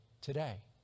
today